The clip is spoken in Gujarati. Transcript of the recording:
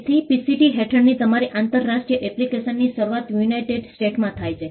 તેથી પીસીટી હેઠળની તમારી આંતરરાષ્ટ્રીય એપ્લિકેશનની શરૂઆત યુનાઇટેડ સ્ટેટ્સમાં થાય છે